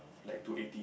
like to eighty